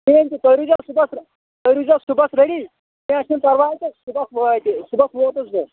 کِہیٖنۍ چھِ تُہۍ روٗزیو صُبحس تُہۍ روٗزیو صُبحس ریڈی کینٛہہ چھُنہٕ پَرواے تہٕ صُبحس وٲتۍ أسۍ صُبحس ووتُس بہٕ